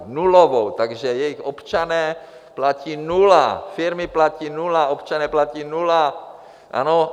Nulovou, takže jejich občané platí nula, firmy platí nula, občané platí nula, ano?